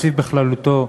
התקציב בכללותו,